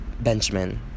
Benjamin